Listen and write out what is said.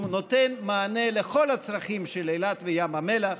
הוא נותן מענה לכל הצרכים של אילת וים המלח.